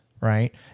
right